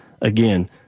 Again